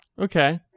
Okay